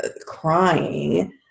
crying